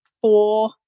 Four